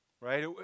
Right